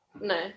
No